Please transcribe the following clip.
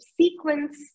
sequence